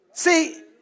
See